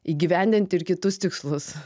įgyvendinti ir kitus tikslus